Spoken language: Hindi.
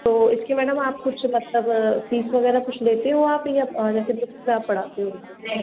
तो इसकी मैडम आप कुछ मतलब फीस वगैरह कुछ लेते हो आप या फिर ख़ुद से आप पढ़ाते हो